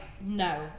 no